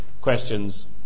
questions